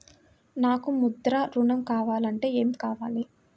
నాకు ముద్ర ఋణం కావాలంటే ఏమి కావాలి?